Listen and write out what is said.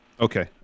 Okay